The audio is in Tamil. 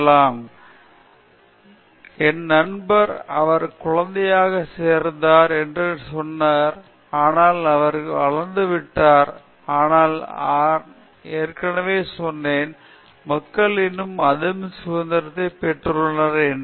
சுஜீத் என் நண்பர் அவர் குழந்தையாக சேர்ந்தார் என்று சொன்னார் ஆனால் அவர் வளர்ந்துவிட்டார் ஆனால் நான் ஏற்கனவே சொன்னேன் மக்கள் இன்னும் அதிக சுதந்திரத்தை பெற்றுள்ளனர் என்று ஆனால் முதிர்ச்சி சிறிது